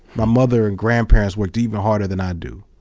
my mother and grandparents worked even harder than i do.